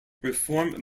reform